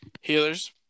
healers